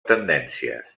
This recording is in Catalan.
tendències